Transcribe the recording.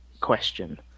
question